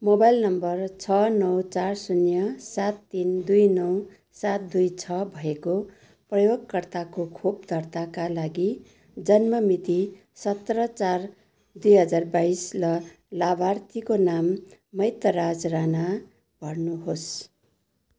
mobile number छ नौ चार शून्य सात तिन दुई नौ सात दुई छ भएको प्रयोगकर्ताको खोप दर्ताका लागि जन्म मिति सत्र चार दुई हजार बाइस र लाभार्थीको नाम मैतराज राणा भर्नुहोस्